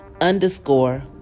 underscore